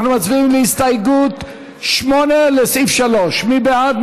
אנחנו מצביעים על הסתייגות 8, לסעיף 3. מי בעד?